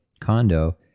condo